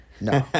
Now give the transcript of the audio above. no